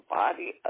body